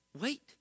wait